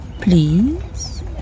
Please